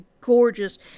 gorgeous